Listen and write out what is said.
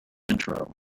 intro